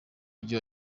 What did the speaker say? mujyi